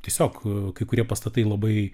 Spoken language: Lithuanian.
tiesiog kai kurie pastatai labai